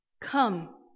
come